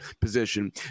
position